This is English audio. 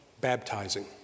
baptizing